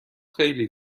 خیلی